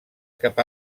cap